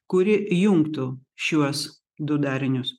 kuri jungtų šiuos du darinius